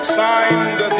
signed